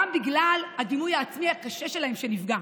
גם בגלל הדימוי העצמי הקשה שלהם, שנפגע,